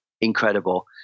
incredible